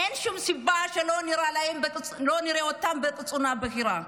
אין שום סיבה שלא נראה אותם בקצונה הבכירה.